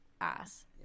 ass